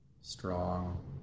strong